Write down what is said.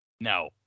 No